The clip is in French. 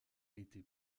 été